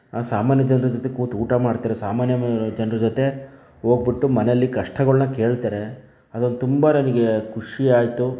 ಆ ಸಾಮಾನ್ಯ ಜನರ ಜೊತೆ ಕೂತು ಊಟ ಮಾಡ್ತಿರೋ ಸಾಮಾನ್ಯ ಜನರ ಜೊತೆ ಹೋಗ್ಬಿಟ್ಟು ಮನೇಲಿ ಕಷ್ಟಗಳನ್ನು ಕೇಳ್ತಾರೆ ಅದು ಒಂದು ತುಂಬ ನನಗೆ ಖುಷಿಯಾಯಿತು